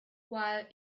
while